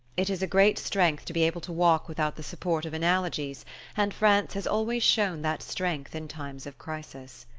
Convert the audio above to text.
it is a great strength to be able to walk without the support of analogies and france has always shown that strength in times of crisis.